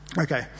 Okay